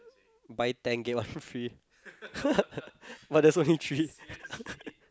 buy ten get one free but there's only three